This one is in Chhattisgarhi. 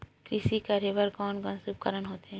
कृषि करेबर कोन कौन से उपकरण होथे?